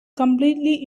completely